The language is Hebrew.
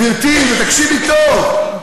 גברתי, תקשיבי טוב.